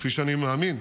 כפי שאני מאמין,